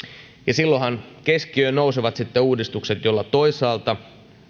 silloinhan keskiöön nousevat sitten uudistukset joilla toisaalta